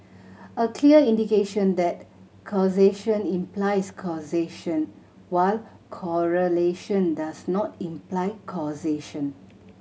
a clear indication that causation implies causation while correlation does not imply causation